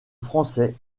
français